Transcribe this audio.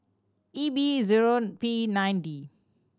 E B zero P nine D